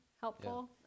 helpful